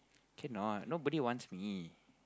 cannot nobody wants me